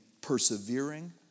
persevering